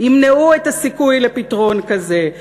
ימנעו את הסיכוי לפתרון כזה.